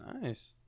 Nice